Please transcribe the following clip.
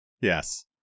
Yes